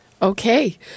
Okay